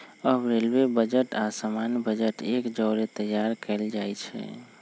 अब railway budget आऽ सामान्य बजट एक जौरे तइयार कएल जाइ छइ